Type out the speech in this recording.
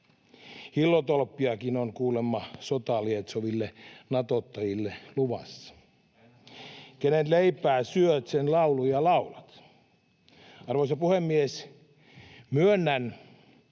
Hillotolppiakin on kuulemma sotaa lietsoville natottajille luvassa. Kenen leipää syöt, sen lauluja laulat. Arvoisa puhemies! Myönnän,